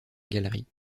galerie